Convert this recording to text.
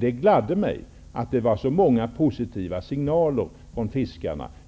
Det gladde mig att det kom så många positiva signaler